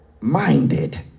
minded